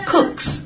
Cooks